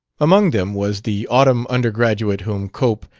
among them was the autumn undergraduate whom cope,